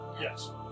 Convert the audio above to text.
Yes